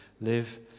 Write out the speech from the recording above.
live